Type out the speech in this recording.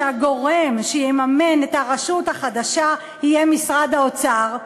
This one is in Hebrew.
שהגורם שיממן את הרשות החדשה יהיה משרד האוצר,